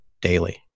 daily